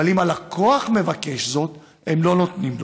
אבל אם הלקוח מבקש זאת, לא נותנים לו.